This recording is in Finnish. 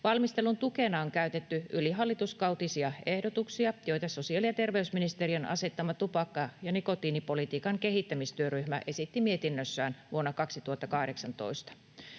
Valmistelun tukena on käytetty ylihallituskautisia ehdotuksia, joita sosiaali- ja terveysministeriön asettama tupakka- ja nikotiinipolitiikan kehittämistyöryhmä esitti mietinnössään vuonna 2018.